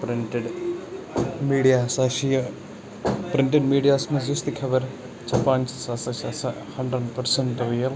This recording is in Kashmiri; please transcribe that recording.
پرنٹِڈ میٖڈیا ہسا چھُ یہِ پرنٹِڈ میٖڈیاہَس منٛز یُس تہِ خبر چھپان چھِ سۄ ہسا چھِ آسان ہَنڈرنڈ پٔرسَنٹ رِیَل